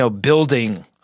building